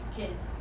kids